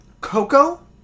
Coco